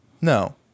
No